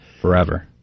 Forever